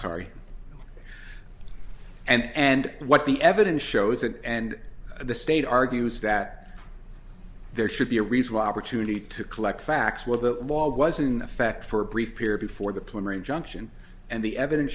sorry and what the evidence shows and and the state argues that there should be a reasonable opportunity to collect facts what the law was an effect for a brief period before the plumber injunction and the evidence